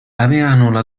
avevano